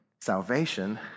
salvation